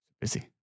Busy